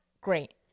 great